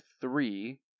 three